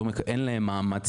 אין להם מעמד ציבורי,